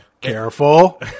Careful